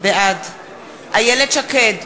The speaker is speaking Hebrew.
בעד איילת שקד,